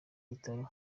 bitaro